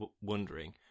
wondering